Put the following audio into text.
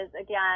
again